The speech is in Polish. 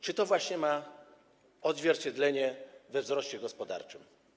Czy to właśnie ma odzwierciedlenie we wzroście gospodarczym?